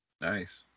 Nice